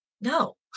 No